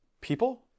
people